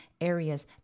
areas